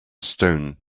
stone